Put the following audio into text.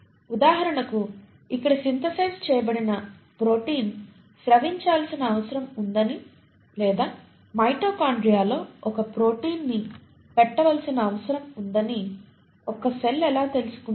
ఉదాహరణకు ఇక్కడ సింథసైజ్ చేయబడిన ప్రోటీన్ స్రవించాల్సిన అవసరం ఉందని లేదా మైటోకాండ్రియాలో ఒక ప్రోటీన్ ని పెట్టవలసిన అవసరం ఉందని ఒక సెల్ ఎలా తెలుసుకుంటుంది